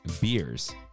beers